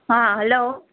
हां हलो